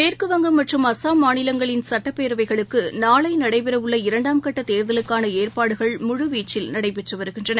மேற்கு வங்கம் மற்றும் அஸ்ஸாம் மாநிலங்களின் சுட்டப்பேரவைகளுக்குநாளைநடைபெறவுள்ள இரண்டாம்கட்டதேர்தலுக்கானஏற்பாடுகள் முழுவீச்சில் நடைபெற்றுவருகின்றன